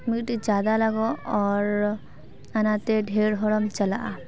ᱢᱤᱫᱴᱤᱡ ᱪᱟᱸᱫᱟ ᱞᱟᱜᱟᱜᱼᱟ ᱚᱱᱟᱛᱮ ᱰᱷᱮᱨ ᱦᱚᱲᱮᱢ ᱪᱟᱞᱟᱜᱼᱟ